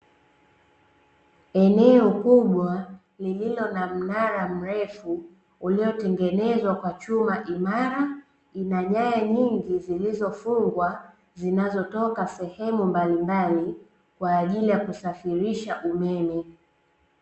Eneo kubwa lililo na mnara mrefu uliotengenezwa Kwa chuma imara, ina nyaya nyingi zilizofungwa zinazotoka sehemu mbalimbali kwaajili ya kusafirisha umeme.